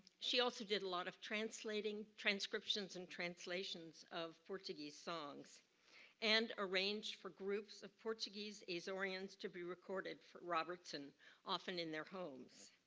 she also did a lot of translating, transcriptions and translations of portuguese songs and arranged for groups of portuguese azoreans to be recorded for robertson often in their homes.